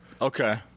Okay